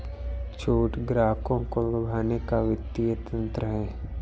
छूट ग्राहकों को लुभाने का वित्तीय तंत्र है